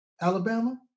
Alabama